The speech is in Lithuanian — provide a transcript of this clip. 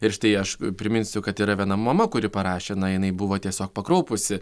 ir štai aš priminsiu kad yra viena mama kuri parašė na jinai buvo tiesiog pakraupusi